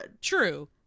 True